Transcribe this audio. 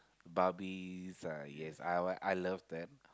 barbies yes I love that